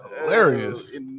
hilarious